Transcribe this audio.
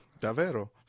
davvero